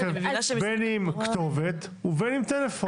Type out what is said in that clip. בין אם כתובת ובין אם מספר טלפון.